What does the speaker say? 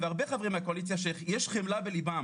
והרבה חברים מהקואליציה שיש חמלה בליבם